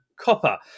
Copper